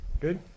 Good